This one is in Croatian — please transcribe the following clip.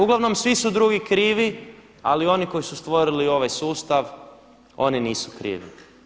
Uglavnom svi su drugi krivi, ali oni koji su stvorili ovaj sustav oni nisu krivi.